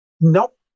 Nope